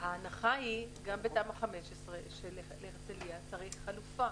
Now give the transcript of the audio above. ההנחה היא גם בתמ"א 15 שלהרצליה צריך חלופה.